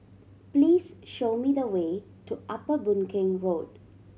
please show me the way to Upper Boon Keng Road